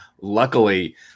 luckily